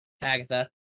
Agatha